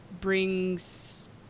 brings